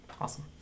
Awesome